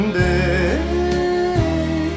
day